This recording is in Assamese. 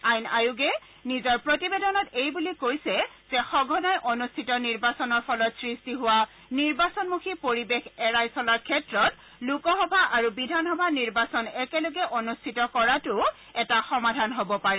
আইন আয়োগে নিজৰ প্ৰতিবেদনত এইবুলি কৈছে যে সঘনাই অনুষ্ঠিত নিৰ্বাচনৰ ফলত সৃষ্টি হোৱা নিৰ্বাচনমুখী পৰিবেশ এৰাই চলাৰ ক্ষেত্ৰত লোকসভা আৰু বিধানসভা নিৰ্বাচন একেলগে অনুষ্ঠিত কৰাটোও এটা সমাধান হ'ব পাৰে